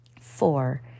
Four